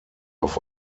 auf